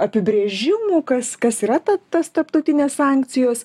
apibrėžimų kas kas yra ta tas tarptautinės sankcijos